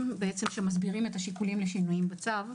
שמסבירים את השיקולים לשינויים בצו.